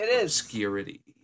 Obscurity